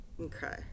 Okay